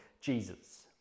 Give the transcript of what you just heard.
jesus